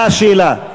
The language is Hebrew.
מה השאלה?